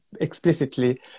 explicitly